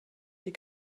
die